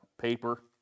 paper